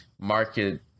market